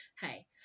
hey